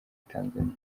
tanzania